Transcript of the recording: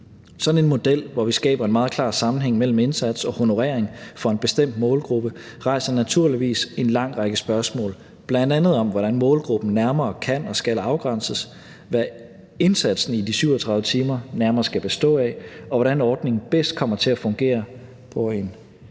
Sådan en model, hvor vi skaber en meget klar sammenhæng mellem indsats og honorering for en bestemt målgruppe, rejser naturligvis en lang række spørgsmål, bl.a. om, hvordan målgruppen nærmere kan og skal afgrænses, hvad indsatsen i de 37 timer nærmere skal bestå af, og hvordan ordningen bedst kommer til at fungere på en